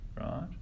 right